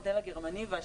זה המודל הגרמני,